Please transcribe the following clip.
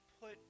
put